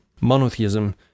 Monotheism